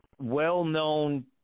well-known